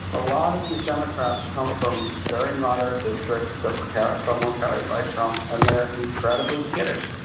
a lot of these democrats come from very moderate districts that were carried so um were carried by trump, and they're incredibly skittish.